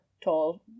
tall